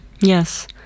yes